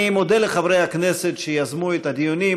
אני מודה לחברי הכנסת שיזמו את הדיונים,